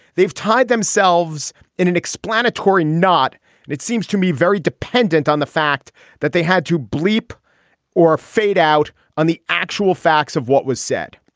they've tied themselves in an explanatory knot and it seems to be very dependent on the fact that they had to bleep or fade out on the actual facts of what was said